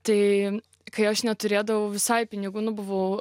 tai kai aš neturėdavau visai pinigų nu buvau